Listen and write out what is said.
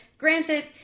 Granted